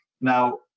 Now